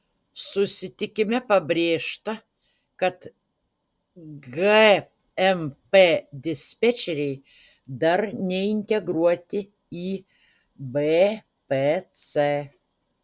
susitikime pabrėžta kad gmp dispečeriai dar neintegruoti į bpc